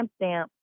timestamp